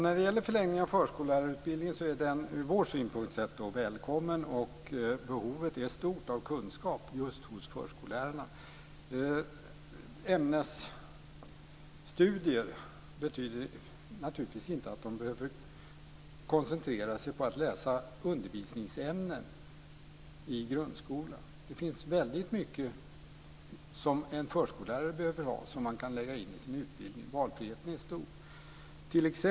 Fru talman! Förlängningen av förskollärarutbildningen är från vår synpunkt välkommen. Det finns stort behov av kunskap just hos förskollärarna. Ett krav på ämnesstudier behöver naturligtvis inte betyda att man ska koncentrera sig på att läsa undervisningsämnen i grundskolan. Det finns väldigt mycket som en förskollärare behöver ha och som man kan lägga in i utbildningen. Valfriheten är stor.